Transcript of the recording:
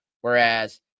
Whereas